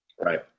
Right